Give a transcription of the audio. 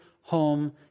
home